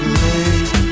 late